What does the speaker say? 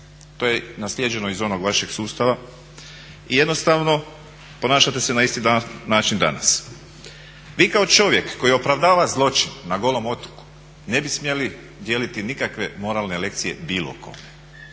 To je naslijeđeno iz onog vašeg sustava i jednostavno ponašate se na isti način danas. Vi kao čovjek koji opravdava zločin na Golom otoku ne bi smjeli dijeliti nikakve moralne lekcije bilo kome.